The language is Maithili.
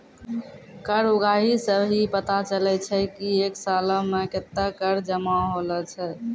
कर उगाही सं ही पता चलै छै की एक सालो मे कत्ते कर जमा होलो छै